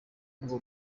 rwo